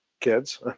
kids